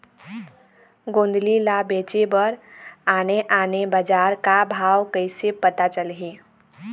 गोंदली ला बेचे बर आने आने बजार का भाव कइसे पता चलही?